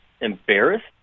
embarrassed